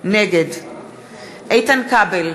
נגד איתן כבל,